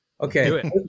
Okay